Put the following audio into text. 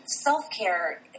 self-care